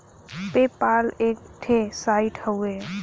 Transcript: पे पाल एक ठे साइट हउवे